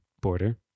border